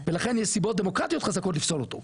ולכן יש סיבות דמוקרטיות חזקות לפסול אותו.